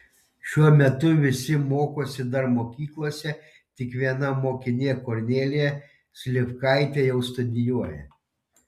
šiuo metu visi mokosi dar mokyklose tik viena mokinė kornelija slivkaitė jau studijuoja